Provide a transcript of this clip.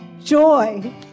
joy